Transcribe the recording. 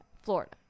Florida